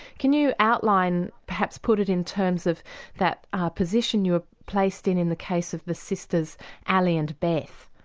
can you outline, perhaps put it in terms of that position you're placed in, in the case of the sisters ali and beth?